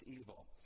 evil